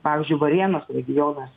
pavyzdžiui varėnos regionas